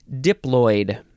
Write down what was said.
Diploid